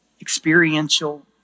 experiential